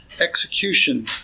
execution